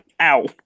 Ow